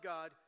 God